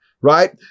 right